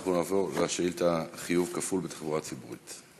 ואנחנו נעבור לשאילתה על חיוב כפול בתחבורה הציבורית.